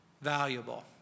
valuable